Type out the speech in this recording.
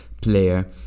player